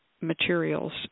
materials